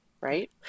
right